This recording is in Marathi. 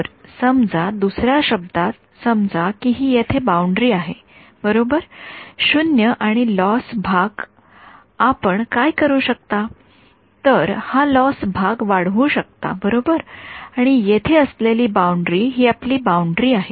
तर समजा दुसर्या शब्दात समजा की ही येथे बाउंडरी आहे बरोबर 0 आणि लॉस भाग आपण काय करू शकता तर हा लॉस भाग वाढवू शकता बरोबर आणि येथे असलेली बाउंडरी ही आपली बाउंडरी आहे